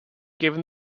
given